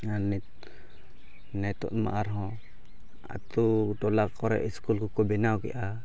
ᱟᱨ ᱱᱤᱛ ᱱᱤᱛᱚᱜᱢᱟ ᱟᱨ ᱦᱚᱸ ᱟᱛᱳ ᱴᱚᱞᱟ ᱠᱚᱨᱮᱜ ᱥᱠᱩᱞ ᱠᱚᱠᱚ ᱵᱮᱱᱟᱣ ᱠᱮᱜᱼᱟ